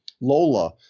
Lola